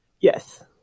yes